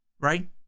right